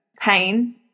pain